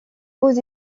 aux